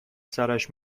سرش